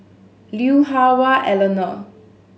Lui Hah Wah Elena